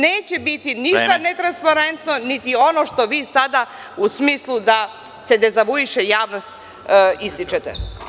Neće biti ništa netransparentno, niti ono što vi sada, u smislu da se dezavuiše javnost, ističete.